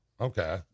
Okay